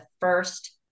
first